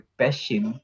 passion